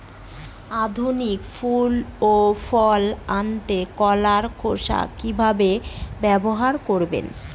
অধিক ফুল ও ফল আনতে কলার খোসা কিভাবে ব্যবহার করব?